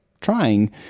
trying